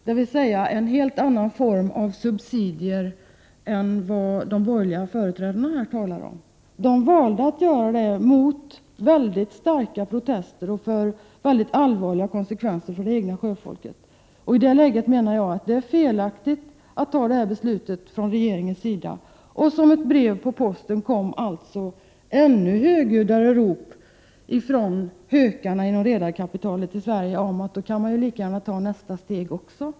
Det är alltså fråga om en helt annan form av subsidier än dem som de borgerliga företrädarna nu har talat om i debatten. I dessa länder valde man att göra detta trots mycket starka protester och trots mycket allvarliga konsekvenser för det egna sjöfolket. I det läget menar jag att det är felaktigt att fatta detta beslut från regeringens sida. Och som ett brev på posten kommer ännu mer högljudda rop från hökarna inom redarkapitalet i Sverige om att nästa steg då lika gärna kan tas.